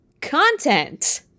content